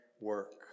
work